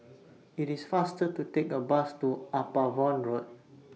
IT IS faster to Take A Bus to Upavon Road